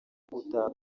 gutaha